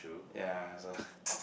yea also